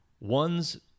one's